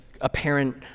apparent